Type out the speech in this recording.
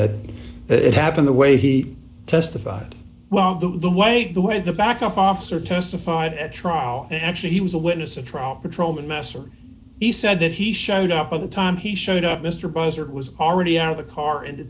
that it happened the way he testified well the way the way to back up officer testified at trial and actually he was a witness at trial patrolman messer he said that he showed up at the time he showed up mr bowser was already out of the car in the